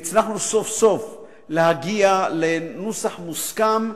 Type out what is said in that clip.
הצלחנו סוף-סוף להגיע לנוסח מוסכם,